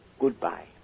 goodbye